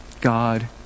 God